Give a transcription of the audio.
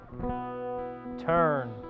turn